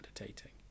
meditating